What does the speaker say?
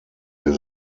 wir